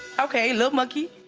okay, little monkey.